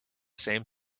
same